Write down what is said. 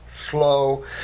slow